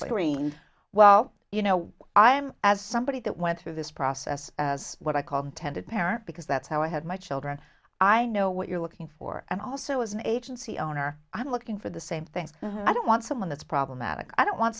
rain well you know i am as somebody that went through this process as what i called tended parent because that's how i had my children i know what you're looking for and also as an agency owner i'm looking for the same things i don't want someone that's problematic i don't want